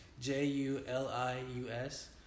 J-U-L-I-U-S